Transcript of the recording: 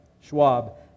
Schwab